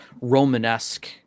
Romanesque